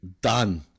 done